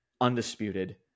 Undisputed